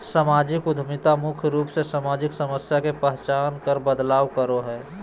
सामाजिक उद्यमिता मुख्य रूप से सामाजिक समस्या के पहचान कर बदलाव करो हय